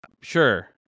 sure